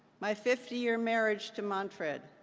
my fifty year marriage to montred,